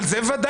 אבל זה ודאי,